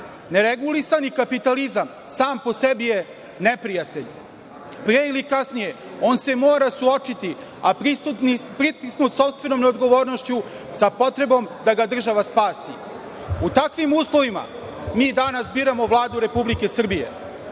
Neregulisani kapitalizam sam po sebi je neprijatelj. Pre ili kasnije on se mora suočiti, a pritisnuti sopstvenom neodgovornošću sa potrebom da ga država spasi. U takvim uslovima mi danas biramo Vladu Republike Srbije. Vladu